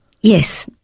Yes